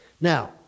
Now